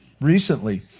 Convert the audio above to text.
Recently